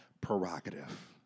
prerogative